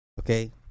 Okay